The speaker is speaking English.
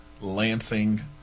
Lansing